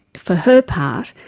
for her part,